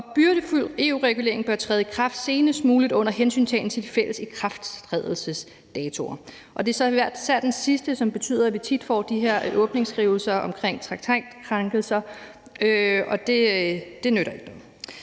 byrdefuld EU-regulering bør træde i kraft senest muligt under hensyntagen til de fælles ikrafttrædelsesdatoer. Det er især det sidste, der betyder, at vi tit får de her åbningsskrivelser omkring traktatkrænkelser, og det nytter ikke